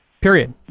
period